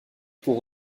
pour